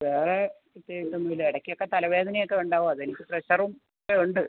വേറെ പ്രത്യേകിച്ച് ഒന്നും ഇല്ല ഇടയ്ക്ക് ഒക്കെ തലവേദന ഒക്കെ ഉണ്ടാവും അത് എനിക്ക് പ്രഷറും ഒക്കെ ഉണ്ട്